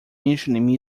mentioning